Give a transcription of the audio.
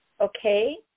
okay